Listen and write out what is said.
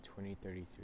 2033